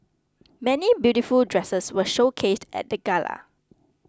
many beautiful dresses were showcased at the gala